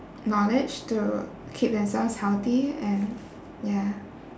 knowledge to keep themselves healthy and ya